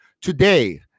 Today